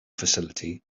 facility